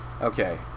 Okay